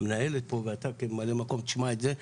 המנהלת פה ואתה כממלא מקום תשמע את זה.